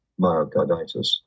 myocarditis